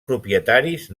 propietaris